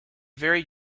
very